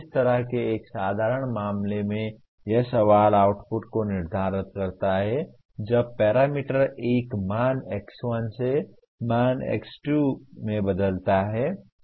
इस तरह के एक साधारण मामले में यह सवाल आउटपुट को निर्धारित करता है जब पैरामीटर एक मान X1 से मान X2 में बदलता है जो एक बहुत ही सरल है